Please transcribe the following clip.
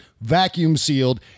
vacuum-sealed